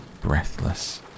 breathless